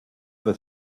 for